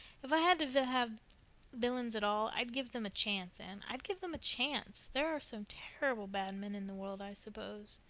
if i had to have villains at all, i'd give them a chance, anne i'd give them a chance. there are some terrible bad men in the world, i suppose,